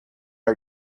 our